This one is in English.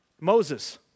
Moses